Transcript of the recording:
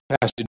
passage